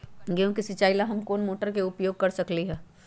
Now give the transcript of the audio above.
गेंहू के सिचाई ला हम कोंन मोटर के उपयोग कर सकली ह?